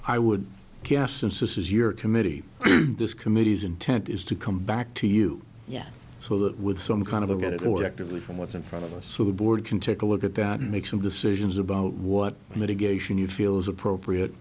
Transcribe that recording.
i would guess since this is your committee this committee's intent is to come back to you yes so that with some kind of a get or actively from what's in front of us so the board can take a look at that and make some decisions about what litigation you feel is appropriate